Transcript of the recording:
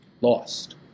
Lost